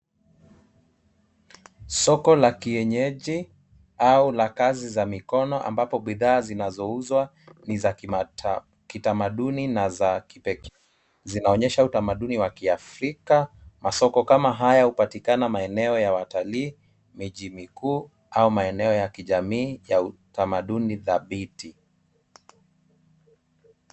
Soko la kienyeji au la kazi za mkono ambapo bidhaa zinazo uzwa ni za kitamaduni na niza kipekee. Zinaonyesha utamaduni wa kiafrika. Masoko kama haya hupatikana maeneo ya watalii, miji mikuu au maeneo ya kijamii ya utamaduni thabiti.